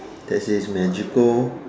that says magical